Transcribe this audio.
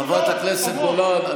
חברת הכנסת גולן.